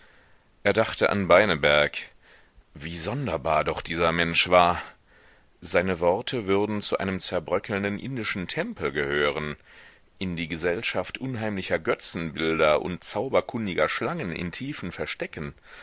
er dachte an beineberg wie sonderbar doch dieser mensch war seine worte würden zu einem zerbröckelnden indischen tempel gehören in die gesellschaft unheimlicher götzenbilder und zauberkundiger schlangen in tiefen verstecken